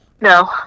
No